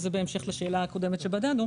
וזה בהמשך לשאלה הקודמת שבה דנו.